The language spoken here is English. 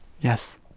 yes